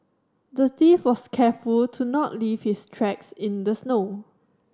the thief was careful to not leave his tracks in the snow